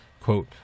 Quote